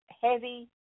heavy